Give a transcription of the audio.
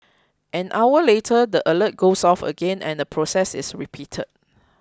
an hour later the alert goes off again and the process is repeated